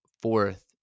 fourth